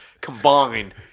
combined